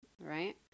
right